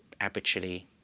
habitually